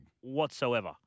whatsoever